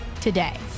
today